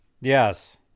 Yes